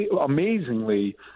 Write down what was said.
Amazingly